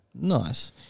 Nice